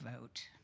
vote